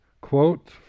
quote